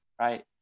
right